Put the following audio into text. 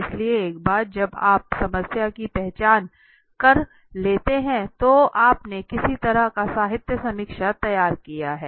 इसलिए एक बार जब आप समस्या की पहचान कर लेते हैं तो आपने किसी तरह का साहित्य समीक्षा तैयार की है